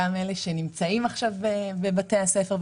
את אלה שנמצאים בבתי הספר,